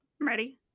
ready